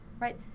Right